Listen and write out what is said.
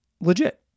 Legit